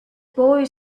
boy